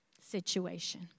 situation